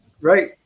Right